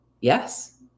Yes